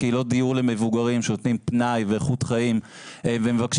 קהילות דיור למבוגרים שנותנות פנאי ואיכות חיים ומבקשים,